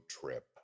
trip